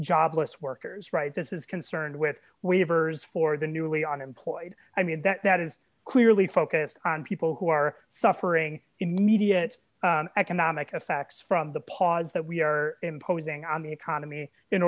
jobless workers right this is concerned with weavers for the newly unemployed i mean that is clearly focused on people who are suffering immediate economic effects from the pause that we are imposing on the economy in